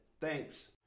Thanks